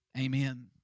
Amen